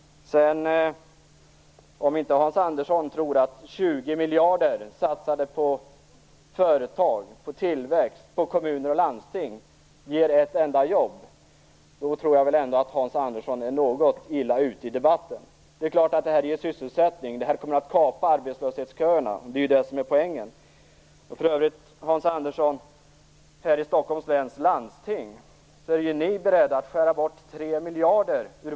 Om inte Hans Andersson tror att 20 miljarder satsade på företag, på tillväxt och på kommuner och landsting ger ett enda jobb, tror jag att Hans Andersson är illa ute i debatten. Det är klart att det ger sysselsättning. Det kommer att kapa arbetslöshetsköerna. Det är ju det som är poängen. För övrigt, Hans Andersson, är ni i Stockholms läns landsting beredda att göra nedskärningar inom vården med 3 miljarder.